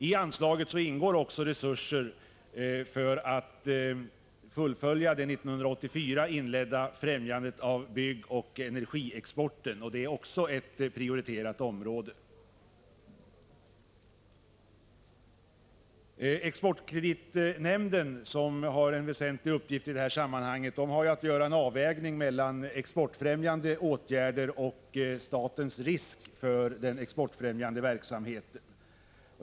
I anslaget ingår också resurser för att fullfölja det 1984 inledda främjandet av byggoch energiexporten. Det är också ett prioriterat område. Exportkreditnämnden, som har en väsentlig uppgift i det här sammanhanget, har att göra en avvägning mellan exportfrämjande åtgärder och statens risktagande genom den exportfrämjande verksamheten.